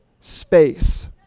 space